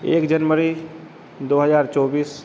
एक जनवरी दो हजार चौबीस